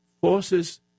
forces